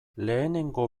lehenengo